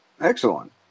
Excellent